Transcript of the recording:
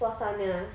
suasana